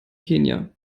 kenia